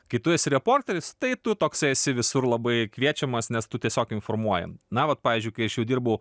kai tu esi reporteris tai tu toksai esi visur labai kviečiamas nes tu tiesiog informuoji na vat pavyzdžiui kai aš jau dirbau